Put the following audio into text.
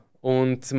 Und